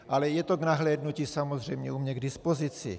Ale je to k nahlédnutí samozřejmě u mě k dispozici.